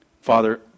Father